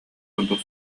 курдук